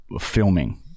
filming